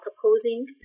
proposing